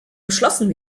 beschlossen